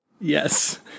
Yes